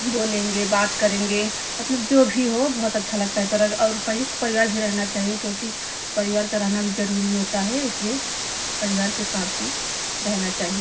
बोलेंगे बात करेंगे मतलब जो भी हो बहुत अच्छा लगता है पर अगर और संयुक्त परिवार भी रहना चाहिए क्योंकि परिवार का रहना भी ज़रूरी होता है इसलिए परिवार के साथ ही रहना चाहिए